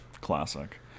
Classic